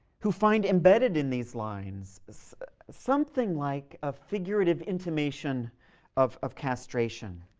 who find embedded in these lines something like a figurative intimation of of castration.